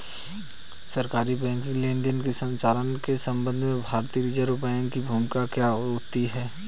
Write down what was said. सरकारी बैंकिंग लेनदेनों के संचालन के संबंध में भारतीय रिज़र्व बैंक की भूमिका क्या होती है?